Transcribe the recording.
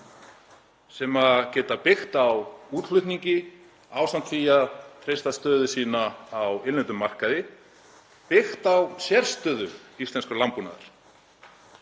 sem geta byggt á útflutningi ásamt því að treysta stöðu sína á innlendum markaði og byggt á sérstöðu íslensks landbúnaðar.